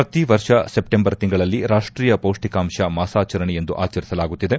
ಪ್ರತಿ ವರ್ಷ ಸೆಪ್ಟೆಂಬರ್ ತಿಂಗಳಲ್ಲಿ ರಾಷ್ಟ್ರೀಯ ಪೌಷ್ತಿಕಾಂಶ ಮಾಸಾಚರಣೆಯೆಂದು ಆಚರಿಸಲಾಗುತ್ತಿದೆ